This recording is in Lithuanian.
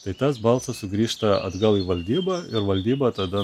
tai tas balsas sugrįžta atgal į valdybą ir valdyba tada